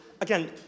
again